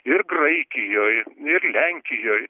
ir graikijoj ir lenkijoj